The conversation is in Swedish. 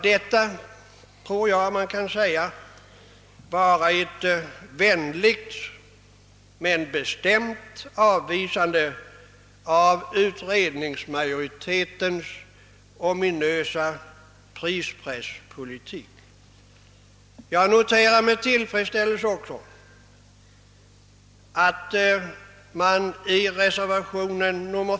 Detta tror jag får anses vara ett vänligt men bestämt avvisande av utredningsmajoritetens ominösa förslag om prispresspolitik. Jag noterar också med tillfredsställelse att man i reservationen.